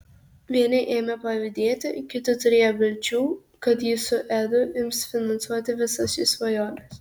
vieni ėmė pavydėti kiti turėjo vilčių kad ji su edu ims finansuoti visas jų svajones